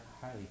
highly